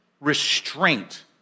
restraint